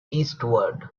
eastward